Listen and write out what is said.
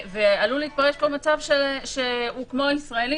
ועלול להתפרש פה מצב שהוא כמו ישראלי